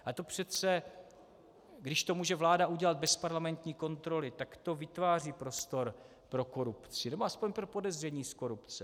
A to přece, když to vláda může udělat bez parlamentní kontroly, tak to vytváří prostor pro korupci, nebo aspoň pro podezření z korupce.